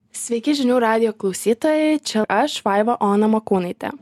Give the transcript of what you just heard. sveiki žinių radijo klausytojai čia aš vaiva ona makūnaitė